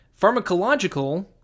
pharmacological